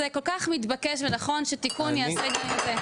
זה כל כך מתבקש ונכון שתיקון יעשה את זה.